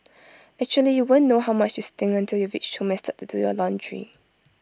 actually you won't know how much you stink until you reach home and start to do your laundry